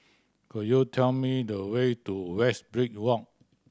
could you tell me the way to Westridge Walk